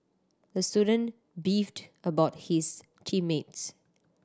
the student beefed about his team mates